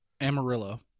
Amarillo